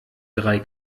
drei